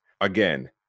Again